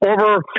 over